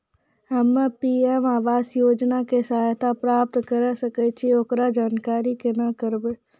हम्मे पी.एम आवास योजना के सहायता प्राप्त करें सकय छियै, एकरो जानकारी केना करबै?